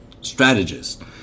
strategist